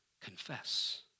confess